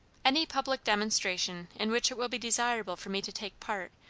any public demonstration in which it will be desirable for me to take part,